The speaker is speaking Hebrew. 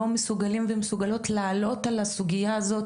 מסוגלים ומסוגלות להעלות על הסוגיה הזו.